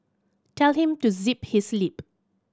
tell him to zip his lip